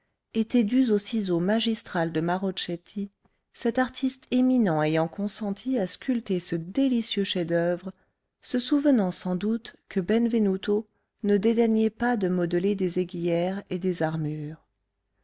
étaient dues au ciseau magistral de marochetti cet artiste éminent ayant consenti à sculpter ce délicieux chef-d'oeuvre se souvenant sans doute que benvenuto ne dédaignait pas de modeler des aiguières et des armures